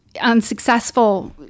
unsuccessful